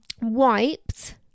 wiped